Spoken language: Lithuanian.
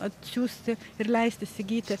atsiųsti ir leist įsigyti